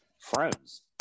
friends